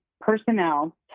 personnel